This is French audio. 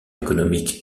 économique